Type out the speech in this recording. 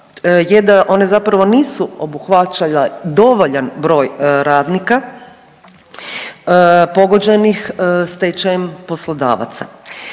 je da one zapravo nisu obuhvaćale dovoljan broj radnika pogođenih stečajem poslodavaca.